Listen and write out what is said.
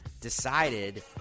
decided